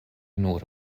nur